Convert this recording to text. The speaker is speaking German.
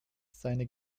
seine